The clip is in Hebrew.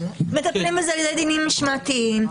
מטפלים בזה בכלים משמעתיים.